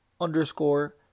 underscore